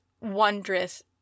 wondrous